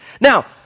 Now